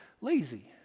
Lazy